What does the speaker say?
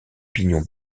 pignon